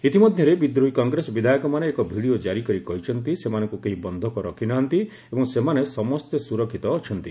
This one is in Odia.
ଇତିମଧ୍ୟରେ ବିଦ୍ରୋହୀ କଂଗ୍ରେସ ବିଧାୟକମାନେ ଏକ ଭିଡ଼ିଓ ଜାରି କରି କହିଛନ୍ତି ସେମାନଙ୍କୁ କେହି ବନ୍ଧକ ରଖି ନାହାନ୍ତି ଏବଂ ସେମାନେ ସମସ୍ତେ ସୁରକ୍ଷିତ ଅଛନ୍ତି